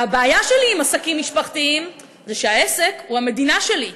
הבעיה שלי עם עסקים משפחתיים זה כשהעסק הוא המדינה שלי.